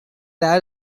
out